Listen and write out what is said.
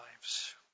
lives